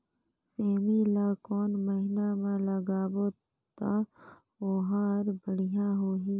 सेमी ला कोन महीना मा लगाबो ता ओहार बढ़िया होही?